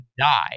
die